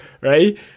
right